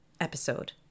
episode